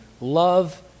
love